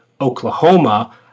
Oklahoma